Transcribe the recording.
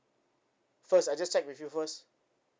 first I just check with you first